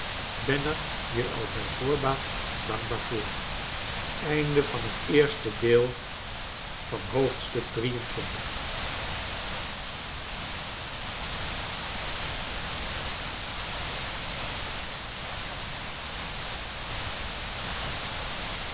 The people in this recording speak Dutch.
ben er je al bij voorbaat dankbaar voor